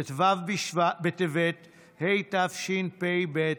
ט"ו בטבת התשפ"ב,